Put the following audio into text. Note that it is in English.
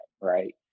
right